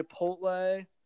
Chipotle